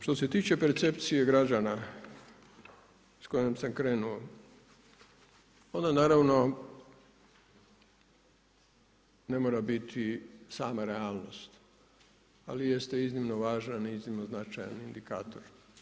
Što se tiče percepcije građana sa kojom sam krenuo ona naravno ne mora biti sama realnost, ali jeste iznimno važan i iznimno značajan indikator.